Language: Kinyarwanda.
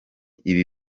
ibi